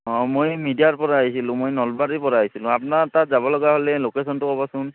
অঁ মই মিডিয়াৰ পৰা আহিছিলোঁ মই নলবাৰীৰ পৰা আহিছিলোঁ আপোনাৰ তাত যাব লগা হ'লে লোকেশ্যনটো ক'বচোন